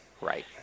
right